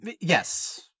Yes